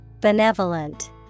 Benevolent